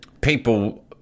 people